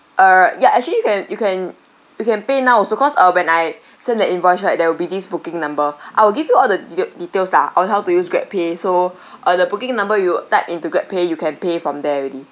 uh ya actually you can you can you can pay now also cause uh when I send the invoice right there will be this booking number I will give you all the detail~ details lah on how to use GrabPay so uh the booking number you type into GrabPay you can pay from there already